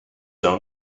own